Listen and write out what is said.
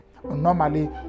Normally